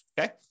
okay